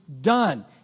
Done